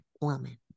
woman